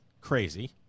crazy